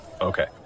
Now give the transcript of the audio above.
Okay